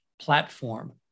platform